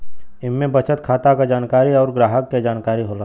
इम्मे बचत खाता क जानकारी अउर ग्राहक के जानकारी होला